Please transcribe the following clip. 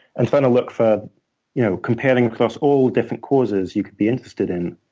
and trying to look for you know comparing across all different causes you could be interested in,